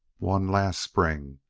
one last spring,